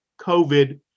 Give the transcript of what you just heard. COVID